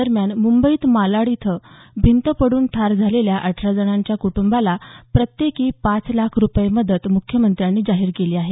दरम्यान मुंबईत मालाड इथं भिंत पडून ठार झालेल्या अठरा जणांच्या कुटुंबाला प्रत्येकी पाच लाख रुपये मदत मुख्यमंत्र्यांनी जाहीर केली आहे